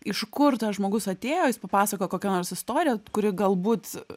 iš kur tas žmogus atėjo jis papasakojo kokią nors istoriją kuri galbūt